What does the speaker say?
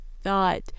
thought